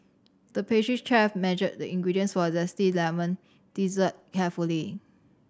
the pastry chef measured the ingredients for a zesty lemon dessert carefully